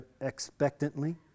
expectantly